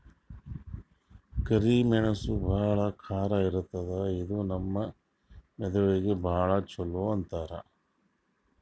ಕರಿ ಮೆಣಸ್ ಭಾಳ್ ಖಾರ ಇರ್ತದ್ ಇದು ನಮ್ ಮೆದಳಿಗ್ ಭಾಳ್ ಛಲೋ ಅಂತಾರ್